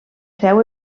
seu